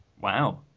Wow